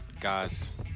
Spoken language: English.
guys